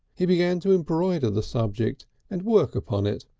he began to embroider the subject and work upon it.